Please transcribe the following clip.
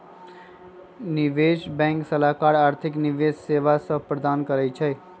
निवेश बैंक सलाहकार आर्थिक निवेश सेवा सभ प्रदान करइ छै